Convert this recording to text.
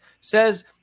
says